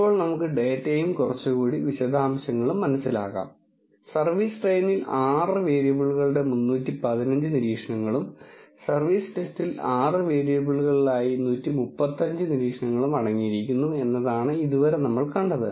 ഇപ്പോൾ നമുക്ക് ഡാറ്റയും കുറച്ചുകൂടി വിശദാംശങ്ങളും മനസ്സിലാക്കാം സർവീസ് ട്രെയിനിൽ ആറ് വേരിയബിളുകളുടെ 315 നിരീക്ഷണങ്ങളും സർവീസ് ടെസ്റ്റിൽ 6 വേരിയബിളുകളിലായി 135 നിരീക്ഷണങ്ങളും അടങ്ങിയിരിക്കുന്നു എന്നതാണ് ഇതുവരെ നമ്മൾ കണ്ടത്